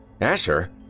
Asher